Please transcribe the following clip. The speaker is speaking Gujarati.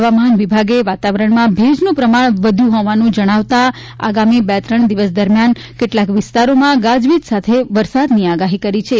હવામાન વિભાગે વાતાવરણાં ભેજનું પ્રમાણ વધ્યુ હોવાનું જણાવતાં આગામી બે ત્રણ દિવસ દરમિયાન કેટલાક વિસ્તારોમાં ગાજવીજ સાથે વરસાદની આગાહી કરી છે